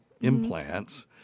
implants